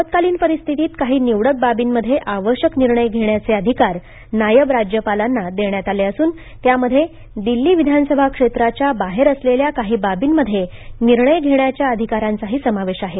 आपत्कालीन परिस्थितीत काही निवडक बाबींमध्ये आवश्यक निर्णय घेण्याचे अधिकार नायब राज्यपालांना देण्यात आले असून त्यामध्ये दिल्ली विधानसभा क्षेत्राच्या बाहेर असलेल्या काही बाबींमध्ये निर्णय घेण्याच्या अधिकारांचाही समावेश आहे